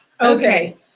Okay